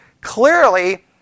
Clearly